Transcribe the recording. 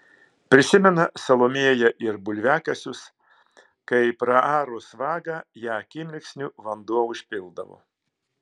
prisimena salomėja ir bulviakasius kai praarus vagą ją akimirksniu vanduo užpildavo